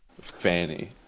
Fanny